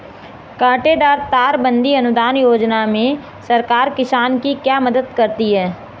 कांटेदार तार बंदी अनुदान योजना में सरकार किसान की क्या मदद करती है?